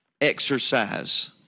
exercise